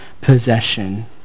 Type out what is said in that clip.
possession